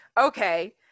Okay